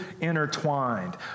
intertwined